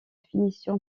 finition